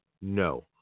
No